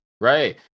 Right